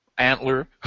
Antler